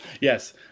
yes